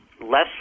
less